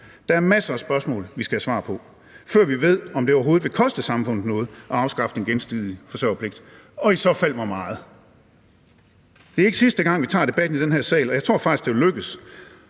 Der er masser af spørgsmål, vi skal have svar på, før vi ved, om det overhovedet vil koste samfundet noget at afskaffe den gensidige forsørgerpligt og i så fald hvor meget. Det er ikke sidste gang, vi tager debatten i den her sag, og jeg tror faktisk, at det vil lykkes